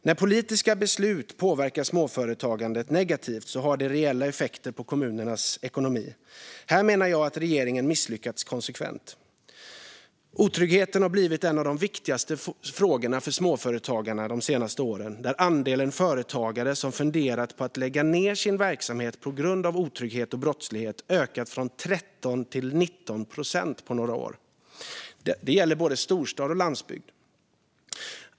När politiska beslut påverkar småföretagandet negativt har det reella effekter på kommunernas ekonomi. Här menar jag att regeringen misslyckas konsekvent. Otryggheten har blivit en av de viktigaste frågorna för småföretagarna de senaste åren. Andelen företagare som funderat på att lägga ned sin verksamhet på grund av otrygghet och brottslighet har ökat från 13 till 19 procent på några år. Det gäller både storstad och landsbygd.